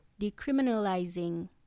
decriminalizing